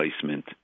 placement